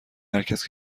هرکس